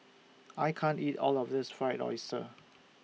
I can't eat All of This Fried Oyster